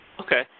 Okay